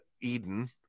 Eden